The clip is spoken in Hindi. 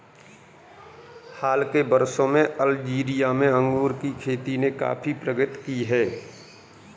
हाल के वर्षों में अल्जीरिया में अंगूर की खेती ने काफी प्रगति की है